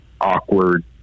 awkward